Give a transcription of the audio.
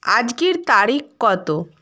আজকের তারিখ কত